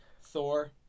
Thor